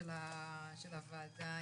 של הוועדה,